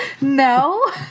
no